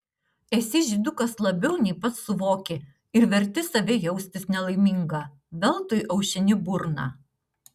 esi žydukas labiau nei pats suvoki ir verti save jaustis nelaimingą veltui aušini burną